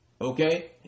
Okay